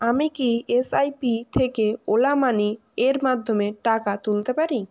আমি কি S I P থেকে ওলা মানি এর মাধ্যমে টাকা তুলতে পারি